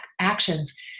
actions